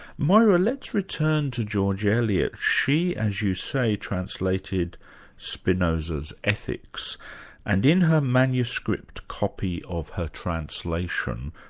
moira, let's return to george eliot. she as you say, translated spinoza's ethics and in her manuscript copy of her translation,